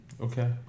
Okay